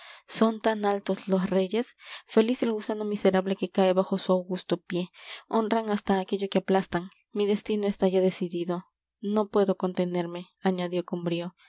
son tan altos los reyes feliz el gusano miserable que cae bajo su augusto pie honran hasta aquello que aplastan mi destino está ya decidido no puedo contenerme añadió con brío